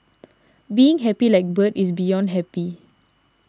being happy like bird is beyond happy